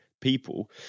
people